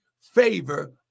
favor